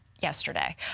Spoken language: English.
yesterday